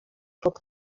pod